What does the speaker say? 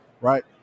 right